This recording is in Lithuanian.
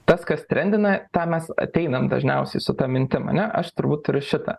tas kas trendina tą mes ateinam dažniausiai su ta mintim ane aš turbūt turiu šitą